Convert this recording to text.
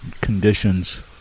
conditions